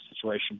situation